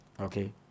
okay